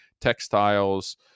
textiles